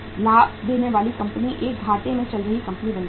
लाभ देने वाली कंपनी एक घाटे में चल रही कंपनी बन जाएगी